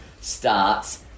starts